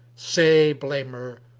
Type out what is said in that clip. say, blamer,